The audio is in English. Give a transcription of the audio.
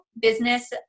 business